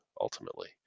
ultimately